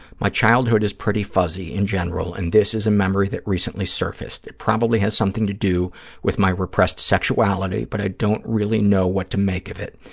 my childhood is pretty fuzzy in general, and this is a memory that recently surfaced. it probably has something to do with my repressed sexuality but i don't really know what to make of it.